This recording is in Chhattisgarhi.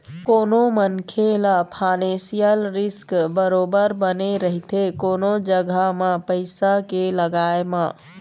कोनो मनखे ल फानेसियल रिस्क बरोबर बने रहिथे कोनो जघा म पइसा के लगाय म